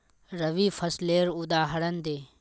रवि फसलेर उदहारण दे?